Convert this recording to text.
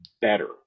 better